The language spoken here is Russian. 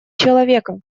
человека